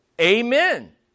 amen